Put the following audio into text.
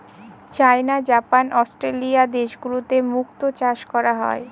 চাইনা, Japan, Australia দেশগুলোতে মুক্তো চাষ করা হয়